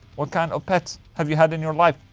what kind of pets have you had in your life?